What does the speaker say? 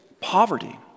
poverty